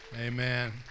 Amen